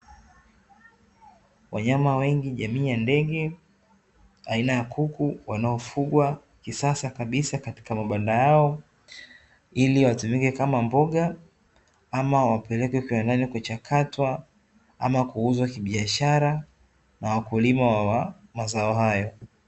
Wanyama wengi jamii ya ndege aina ya kuku, wanaofugwa kisasa kabisa katika mabanda yao ili watumike kama mboga ama wapelekwe viwandani kuchakatwa ama kuuzwa kibiashara na wakulima wa mazao hayo.